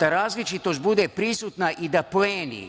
da različitost bude prisutna i da pleni,